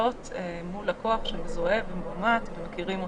מול לקוח שמזוהה ומאומת ומכירים אותו.